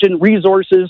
resources